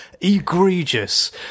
egregious